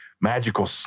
magical